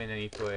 אם אינני טועה,